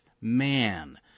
man